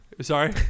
Sorry